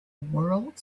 world